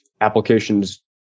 applications